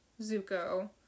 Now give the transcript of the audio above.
Zuko